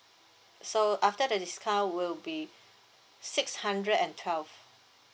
so after the discount will be six hundred and twelve